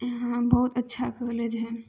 इहाँ बहुत अच्छा कॉलेज हइ